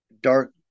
dark